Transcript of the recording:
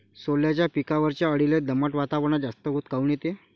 सोल्याच्या पिकावरच्या अळीले दमट वातावरनात जास्त ऊत काऊन येते?